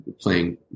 playing